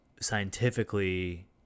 scientifically